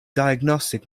diagnostic